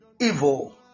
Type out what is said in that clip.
Evil